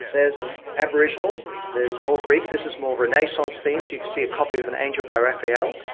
there's an aboriginal, there's more greek. this is more renaissance themed, you can see a copy of an angel by raphael,